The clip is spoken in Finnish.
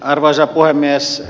arvoisa puhemies